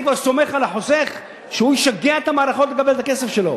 אני כבר סומך על החוסך שהוא ישגע את המערכות כדי לקבל את הכסף שלו.